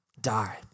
die